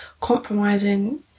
compromising